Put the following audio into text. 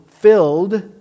filled